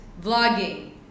vlogging